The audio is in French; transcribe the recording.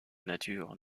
nature